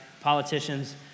politicians